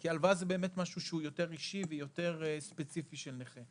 כי הלוואה זה משהו שהוא יותר אישי ויותר ספציפי של נכה.